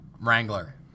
Wrangler